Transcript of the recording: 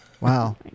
Wow